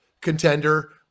contender